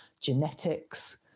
genetics